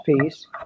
peace